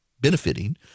benefiting